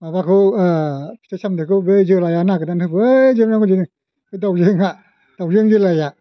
माबाखौ फिथाइ सामथाइखौ बै जोलाया नागिरनानै होफैजोबनांगौ बे दावजेंआ दावजें जोलाया